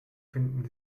finden